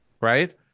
right